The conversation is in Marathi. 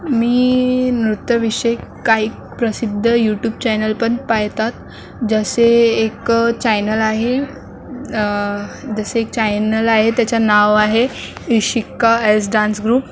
मी नृत्याविषयी काही प्रसिद्ध युटूब चॅनलपण पाहतात जसे एक चॅनल आहे जशे एक चॅनल आहे त्याचं नाव आहे इशिकाॲजडांसग्रुप